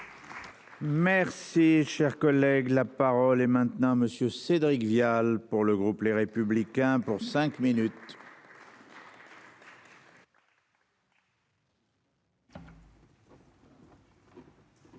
Merci. Cher collègue, la parole est maintenant Monsieur Cédric Vial pour le groupe Les Républicains pour cinq minutes.